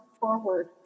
forward